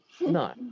No